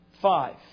five